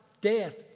death